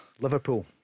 Liverpool